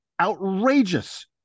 outrageous